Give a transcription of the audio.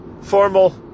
formal